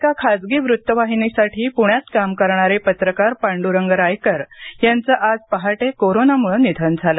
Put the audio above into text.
एका खासगी वृत्तवाहिनीसाठी पुण्यात काम करणारे पत्रकार पांड्रंग रायकर यांचं आज पहाटे कोरोनामुळं निधन झालं